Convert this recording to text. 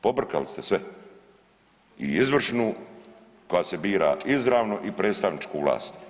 Pobrkali ste sve i izvršnu koja se bira izravno i predstavničku vlast.